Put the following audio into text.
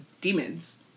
Demons